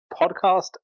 Podcast